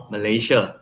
Malaysia